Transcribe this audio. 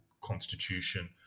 constitution